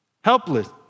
Helpless